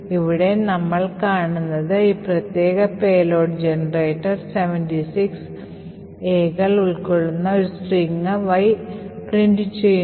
ഇവിടെ നമ്മൾ കാണുന്നത് ഈ പ്രത്യേക പേലോഡ് ജനറേറ്റർ 76 A കൾ ഉൾക്കൊള്ളുന്ന ഒരു സ്ട്രിംഗ് Y അച്ചടിക്കുന്നു